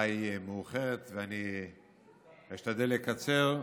השעה מאוחרת ואשתדל לקצר.